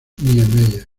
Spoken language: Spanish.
niemeyer